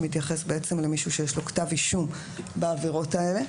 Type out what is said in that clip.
שמתייחס למי שיש לו כתב אישום בעבירות האלה,